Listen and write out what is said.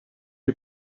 you